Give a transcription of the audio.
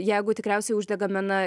jeigu tikriausiai uždegame na